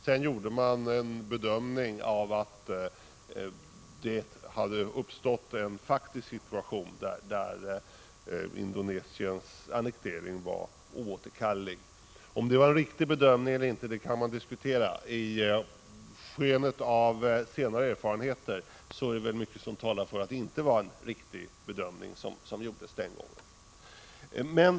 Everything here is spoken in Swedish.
Sedan gjorde man bedömningen att det hade uppstått en faktisk situation, som innebar att Indonesiens annektering var oåterkallelig. Om det var en riktig bedömning eller inte kan man diskutera. I skenet av senare erfarenheter är det mycket som talar för att det inte var en riktig bedömning som gjordes den gången.